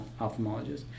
ophthalmologist